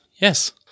Yes